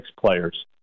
players